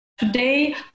Today